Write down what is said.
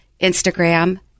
Instagram